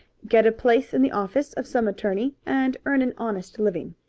get a place in the office of some attorney and earn an honest living.